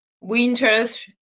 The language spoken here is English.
winters